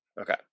Okay